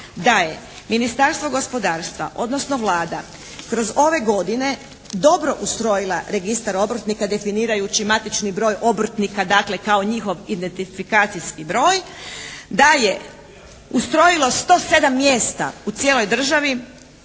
da je Ministarstvo gospodarstva, odnosno Vlada kroz ove godine dobro ustrojila registar obrtnika definirajući matični broj obrtnika dakle kao njihov identifikacijski broj, da je ustrojilo 107 mjesta u cijeloj državi